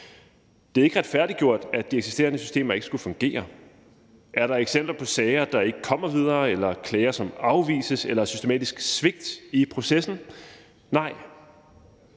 Det er ikke retfærdiggjort, at de eksisterende systemer ikke skulle fungere. Er der eksempler på sager, der ikke kommer videre, klager, som afvises, eller systematisk svigt i processen? Nej,